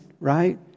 right